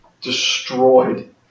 destroyed